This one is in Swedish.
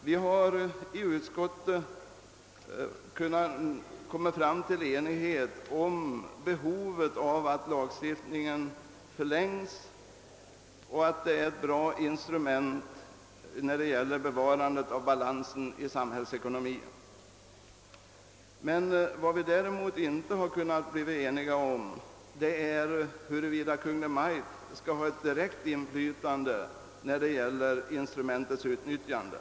Vi har i utskottet kunnat enas om behovet av att lagstiftningen förlängs, då vi anser att den är ett bra instrument i strävandena att bevara balansen i samhällsekonomin. Däremot har vi inte kunnat bli eniga i frågan, huruvida Kungl. Maj:t skall äga ett direkt inflytande över detta instruments utnyttjande.